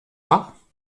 rat